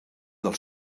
del